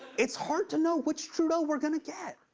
it's hard to know which trudeau we're gonna get.